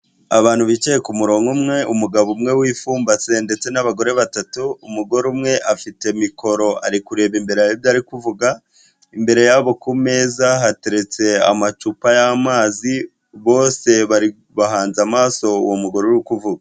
Abantu bicaye ku murongo umwe umugabo umwe wipfumbatse ndetse n'abagore batatu, umugore umwe afite mikoro ari kureba imbere hari ibyo ari kuvuga, imbere yabo ku meza hateretse amacupa y'amazi bose bahanze amaso uwo mugore uri kuvuga.